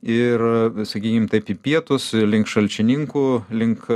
ir sakykim taip į pietus link šalčininkų link